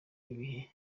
ibihe